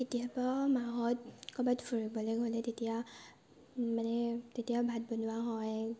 কেতিয়াবা মাহঁত ক'ৰবাত ফুৰিবলৈ গ'লে তেতিয়া মানে তেতিয়া ভাত বনোৱা হয়